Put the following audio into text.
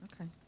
Okay